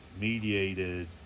mediated